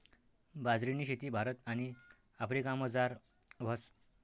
बाजरीनी शेती भारत आणि आफ्रिकामझार व्हस